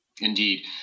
Indeed